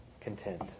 content